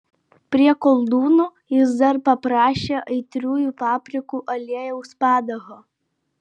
prie koldūnų jis dar paprašė aitriųjų paprikų aliejaus padažo